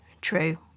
true